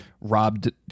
robbed